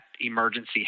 emergency